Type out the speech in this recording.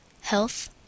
health